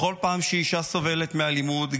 בכל פעם שאישה סובלת מאלימות,